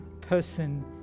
person